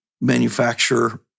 manufacturer